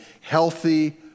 healthy